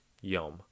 yom